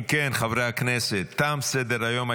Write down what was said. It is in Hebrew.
אם כן, חברי הכנסת, תם סדר-היום.